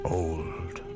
old